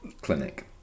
Clinic